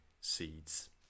seeds